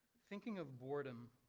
thinking of boredom.